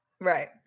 Right